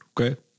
Okay